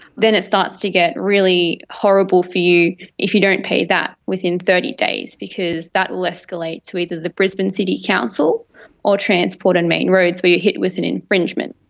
then it starts to get really horrible for you if you don't pay that within thirty days because that will escalate to either the brisbane city council or transport and main roads where you are hit with an infringement.